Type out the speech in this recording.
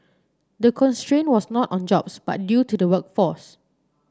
the constraint was not on jobs but due to the workforce